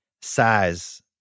size